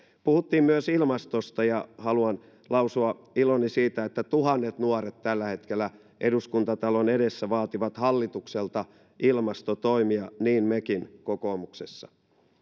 puhuttiin myös ilmastosta ja haluan lausua iloni siitä että tuhannet nuoret tällä hetkellä eduskuntatalon edessä vaativat hallitukselta ilmastotoimia niin mekin kokoomuksessa